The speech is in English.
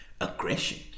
aggression